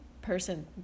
person